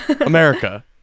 America